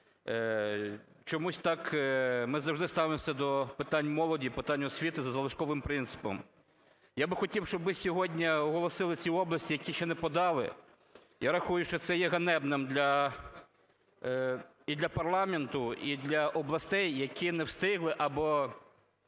Чомусь так ми завжди ставимося до питань молоді, питань освіти за залишковим принципом. Я би хотів, щоб ви сьогодні оголосили ці області, які ще не подали, я рахую, що це є ганебним для, і для парламенту, і для областей, які не встигли або